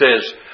says